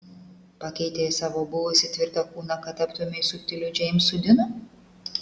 pakeitei savo buvusį tvirtą kūną kad taptumei subtiliu džeimsu dinu